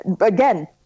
Again